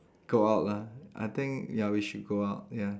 go out lah I think ya we should go out ya